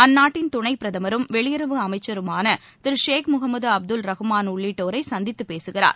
அந்நாட்டின் துணைப்பிரதமரும் வெளியுறவு அமைச்சருமான ஷேக் முகமது அப்துல் ரகுமான் உள்ளிட்டோரை சந்தித்து பேசுகிறார்